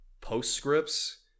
postscripts